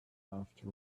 after